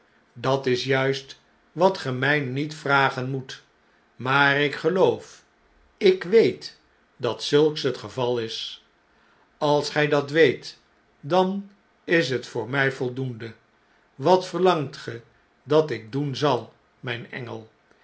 dat is juist wat ge mjj niet vragen moet maar ik geloof ik weet dat zulks het geval is als gij dat weet dan is het voor mij voldoende wat verlangt ge dat ik doen zal mjjn engel